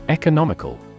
Economical